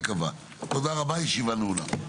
רבה, הישיבה נעולה.